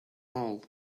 all